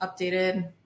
updated